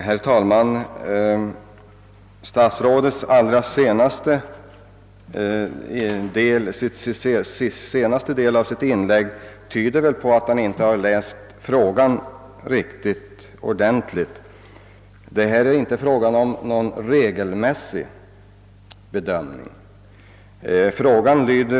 Herr talman! Den sista delen av statsrådets inlägg tyder väl på att han inte läst min fråga riktigt ordentligt. Jag har inte fört på tal någon regelmässig bedömning över hela landet.